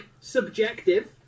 subjective